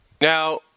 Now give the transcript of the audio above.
Now